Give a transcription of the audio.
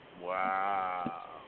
Wow